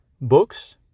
Books